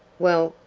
well,